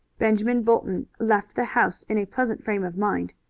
benjamin bolton left the house in a pleasant frame of mind.